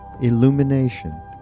illumination